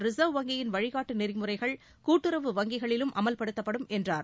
reserve வங்கியின் வழிகாட்டு நெறிமுறைகள் கூட்டுறவு வங்கிகளிலும் அமல்படுத்தப்படும் என்றார்